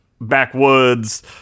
backwoods